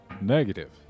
Negative